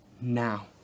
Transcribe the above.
now